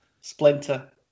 Splinter